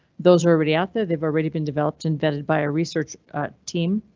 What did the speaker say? those are already out there, they've already been developed, invented by a research team,